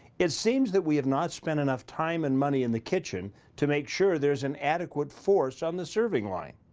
it seems that we have not spent enough time and money in the kitchen, to make sure there is an adequate force on the serving line.